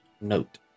note